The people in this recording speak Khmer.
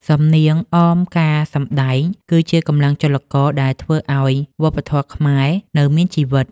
សំនៀងអមការសម្ដែងគឺជាកម្លាំងចលករដែលធ្វើឱ្យវប្បធម៌ខ្មែរនៅមានជីវិត។